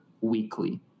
weekly